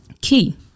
Key